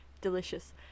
delicious